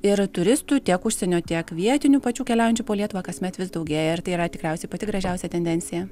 ir turistų tiek užsienio tiek vietinių pačių keliaujančių po lietuvą kasmet vis daugėja ir tai yra tikriausiai pati gražiausia tendencija